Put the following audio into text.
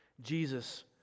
Jesus